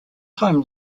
time